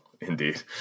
indeed